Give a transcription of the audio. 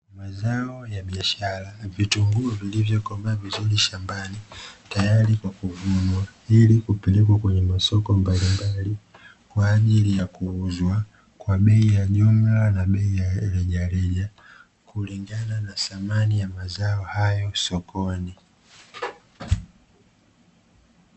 Mazao ya biashara vitunguu vilivyokomaa vizuri shambani. Tayari kwa kuvunwa ili kupelewa kwenye masoko mbalimbali kwa ajili ya kuuzwa kwa bei ya jumla na bei ya rejareja. Kulingana na thamani ya mazao hayo sokoni.